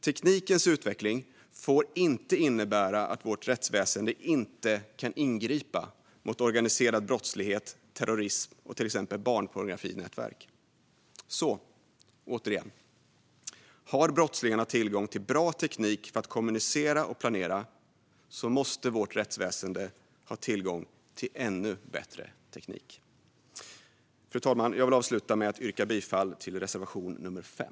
Teknikens utveckling får inte innebära att vårt rättsväsen inte kan ingripa mot organiserad brottslighet, terrorism och till exempel barnpornografinätverk. Återigen: Har brottslingarna tillgång till bra teknik för att kommunicera och planera måste vårt rättsväsen ha tillgång till ännu bättre teknik. Fru talman! Jag vill avsluta med att yrka bifall till reservation nr 5.